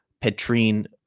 Petrine